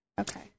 Okay